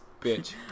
Bitch